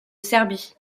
serbie